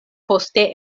poste